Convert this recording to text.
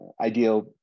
ideal